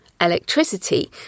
electricity